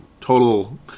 total